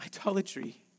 Idolatry